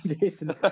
Jason